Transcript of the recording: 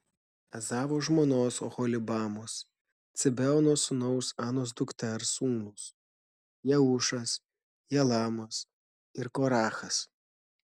ezavo žmonos oholibamos cibeono sūnaus anos dukters sūnūs jeušas jalamas ir korachas